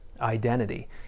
identity